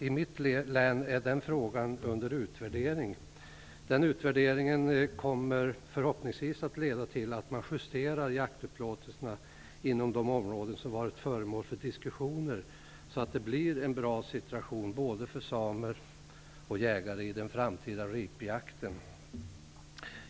I mitt län är den frågan under utvärdering. Den utvärderingen kommer förhoppningsvis att leda till att man justerar jaktupplåtelserna inom de områden som varit föremål för diskussioner så att det blir en bra situation både för samer och för jägare i den framtida ripjakten.